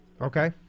Okay